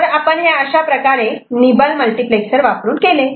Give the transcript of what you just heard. तर आपण हे अशाप्रकारे निबल मल्टिप्लेक्सर वापरून केले